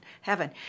heaven